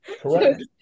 Correct